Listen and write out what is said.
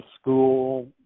school